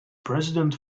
president